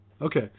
Okay